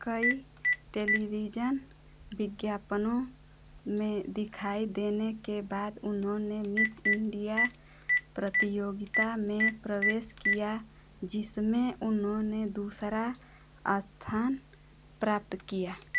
कई टेलीविजन विज्ञापनों में दिखाई देने के बाद उन्होंने मिस इंडिया प्रतियोगिता में प्रवेश किया जिसमें उन्होंने दूसरा स्थान प्राप्त किया